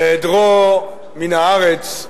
בהיעדרו מן הארץ,